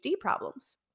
problems